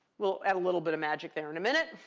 we'll add a little bit of magic there in a minute.